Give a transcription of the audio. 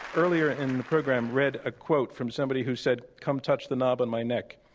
earlier in the program, read a quote from somebody who said, come touch the knob on my neck.